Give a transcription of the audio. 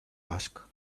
ask